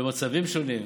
במצבים שונים.